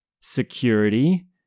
security